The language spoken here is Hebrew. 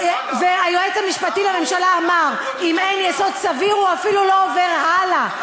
היועץ המשפטי לממשלה אמר: אם אין יסוד סביר הוא אפילו לא עובר הלאה.